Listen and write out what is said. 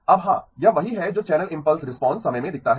अब हाँ यह वही है जो चैनल इम्पल्स रिस्पांस समय में दिखता है